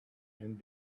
and